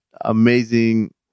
amazing